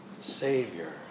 Savior